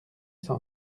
cent